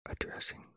addressing